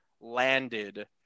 landed